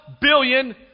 billion